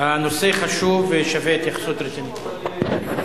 הנושא חשוב ושווה התייחסות רצינית.